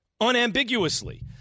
unambiguously